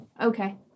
okay